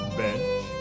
bench